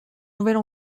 nouvelle